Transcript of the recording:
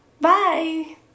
bye